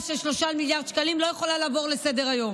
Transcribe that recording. של 3 מיליארד שקלים אני לא יכולה לעבור לסדר-היום.